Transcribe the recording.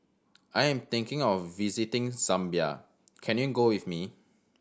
I am thinking of visiting Zambia can you go with me